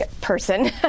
person